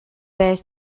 байр